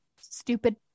stupid